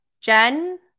Jen